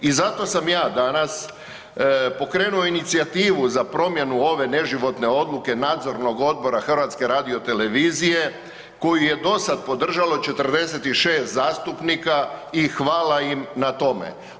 I zato sam ja danas pokrenuo inicijativu za promjenu ove neživotne odluke nadzornog odbora HRT-a koju je dosad podržalo 46 zastupnika i hvala im na tome.